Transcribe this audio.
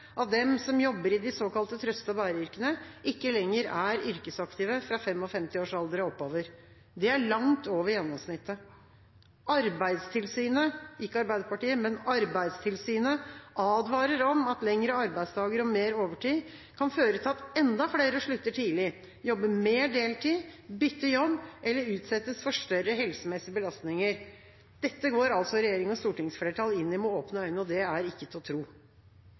av dem som jobber i de såkalte trøste-og-bære-yrkene, ikke lenger er yrkesaktive fra 55 års alder og oppover. Det er langt over gjennomsnittet. Arbeidstilsynet – ikke Arbeiderpartiet, men Arbeidstilsynet – advarer om at lengre arbeidsdager og mer overtid kan føre til at enda flere slutter tidlig, jobber mer deltid, bytter jobb eller utsettes for større helsemessige belastninger. Dette går altså regjeringa og stortingsflertallet inn i med åpne øyne, og det er ikke til å tro.